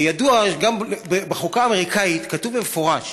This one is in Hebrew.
בחוקה האמריקנית כתוב במפורש